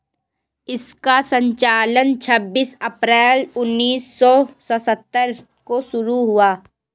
इसका संचालन छब्बीस अप्रैल उन्नीस सौ सत्तर को शुरू हुआ